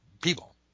people